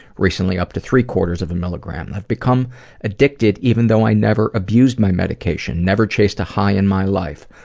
recently up to three-quarters of a milligram. i've become addicted even though i never abuse my medication, never chased a high in my life.